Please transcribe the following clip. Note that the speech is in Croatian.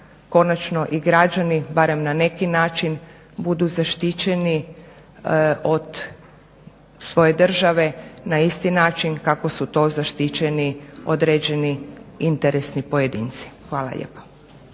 konačno i građani barem na neki način budu zaštićeni od svoje države na isti način kako su to zaštićeni određeni interesni pojedinci. Hvala lijepa.